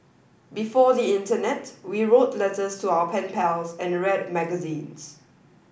before the internet we wrote letters to our pen pals and read magazines